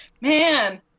Man